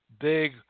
big